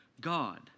God